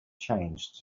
changed